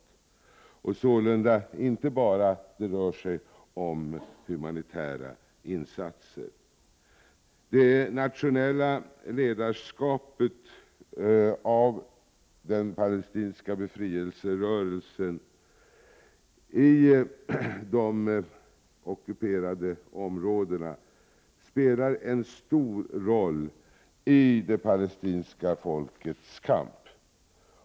Det rör sig sålunda inte bara om humanitära insatser. Det nationella ledarskapet av den palestinska befrielse rörelsen i de ockuperade områdena spelar en stor roll i det palestinska folkets kamp.